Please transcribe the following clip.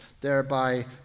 thereby